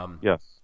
Yes